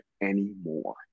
anymore